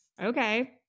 Okay